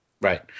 Right